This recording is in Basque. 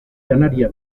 janaria